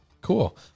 Cool